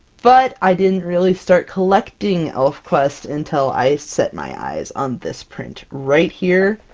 but i didn't really start collecting elfquest until i set my eyes on this print, right here,